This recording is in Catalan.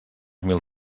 mil